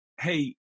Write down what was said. hey